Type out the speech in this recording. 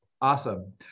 Awesome